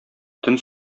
төн